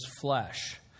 flesh